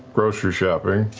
grocery shopping,